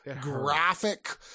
graphic